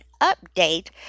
update